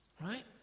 right